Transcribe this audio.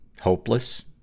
hopeless